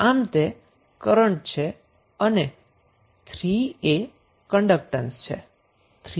આમ તે કરન્ટ છે અને 3 એ કન્ડક્ટન્સ છે